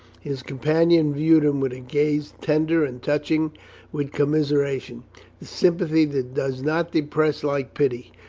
his companion viewed him with a gaze tender and touching with com miseration, the sympathy that does not depress like pity,